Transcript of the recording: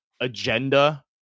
agenda